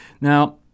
Now